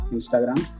Instagram